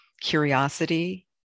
curiosity